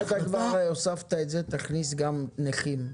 אם כבר הוספת את זה, תכניס גם נכים.